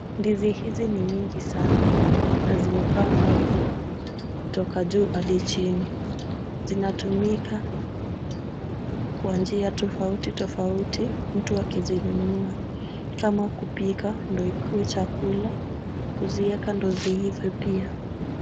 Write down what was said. Ndizi hizi ni mingi sana na zimepangwa kutoka juu hadi chini. Zinatumika kwa njia tofauti tofauti mtu akizinunua kama kupika ndio ikuwe chakula, kuziweka ndio ziive pia.